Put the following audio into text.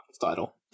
title